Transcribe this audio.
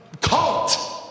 cult